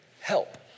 help